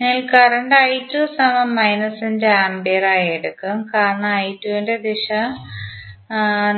നിങ്ങൾ current ampere ആയി എടുക്കും കാരണം ന്റെ ദിശ